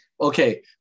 Okay